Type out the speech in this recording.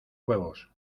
huevos